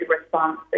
response